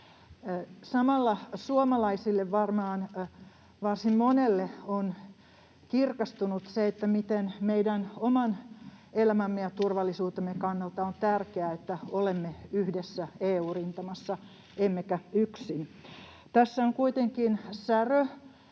varsin monelle on kirkastunut se, miten meidän oman elämämme ja turvallisuutemme kannalta on tärkeää, että olemme yhdessä EU-rintamassa emmekä yksin. Tässä on kuitenkin särö.